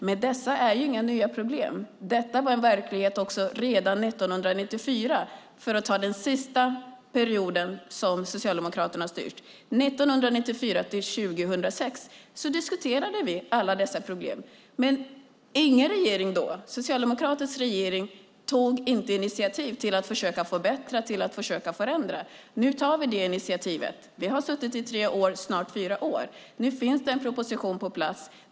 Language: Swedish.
Det här är inga nya problem. Detta var verklighet redan 1994 - för att ta den senaste period Socialdemokraterna styrde. Åren 1994-2006 diskuterade vi alla dessa problem, men ingen socialdemokratisk regering tog initiativ till att försöka förbättra och förändra. Nu tar vi ett initiativ. Vi har suttit i tre år, snart fyra, och nu finns det en proposition på plats.